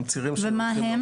הם צירים של כל המסע.